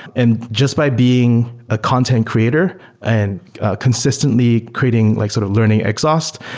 and just by being a content creator and consistently creating, like sort of learning exhaust,